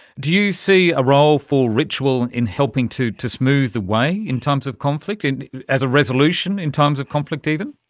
do you see a role for ritual in helping to to smooth the way in times of conflict, as a resolution in times of conflict even?